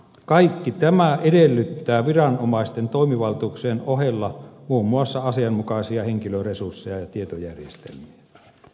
kaikki tämä edellyttää viranomaisten toimivaltuuksien ohella muun muassa asianmukaisia henkilöresursseja ja tietojärjestelmiä